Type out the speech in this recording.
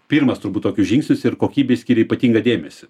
pirmas turbūt tokius žingsnius ir kokybei skiria ypatingą dėmesį